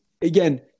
again